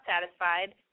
satisfied